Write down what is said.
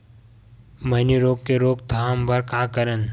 मैनी रोग के रोक थाम बर का करन?